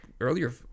earlier